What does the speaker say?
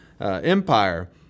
empire